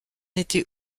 était